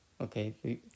Okay